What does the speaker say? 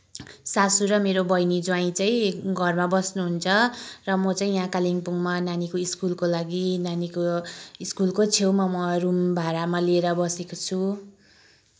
सासु र मेरो बहिनी ज्वाइँ चाहिँ घरमा बस्नुहुन्छ र म चाहिँ यहाँ कालिम्पोङमा नानीको स्कुलको लागि नानीको स्कुलको छेउमा म रुम भाडामा लिएर बसेको छु